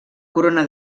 corona